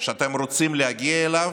שאתם רוצים להגיע אליו,